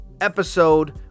episode